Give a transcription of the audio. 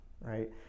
right